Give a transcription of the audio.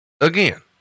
Again